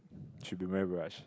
should be Marina-Barrage